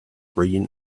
green